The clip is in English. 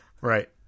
Right